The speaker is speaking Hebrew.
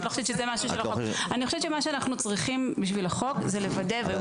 מה שאנחנו צריכים בשביל החוק זה לוודא -- אבל אנחנו